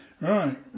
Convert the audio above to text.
Right